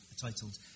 titled